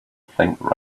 think